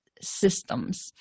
systems